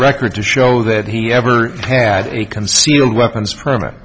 record to show that he ever had a concealed weapons perm